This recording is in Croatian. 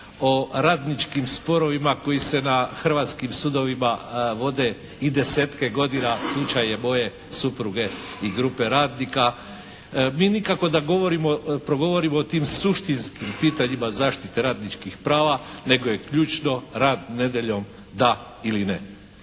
o radničkim sporovima koji se na hrvatskim sudovima vode i desetke godine. Slučaj je moje supruge i grupe radnika. Mi nikako da govorimo, progovorimo o tim suštinskim pitanjima zaštite radničkih prava nego je ključno rad nedjeljom da ili ne.